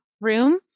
room